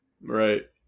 right